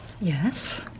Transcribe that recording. Yes